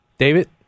David